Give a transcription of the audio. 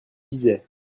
lisaient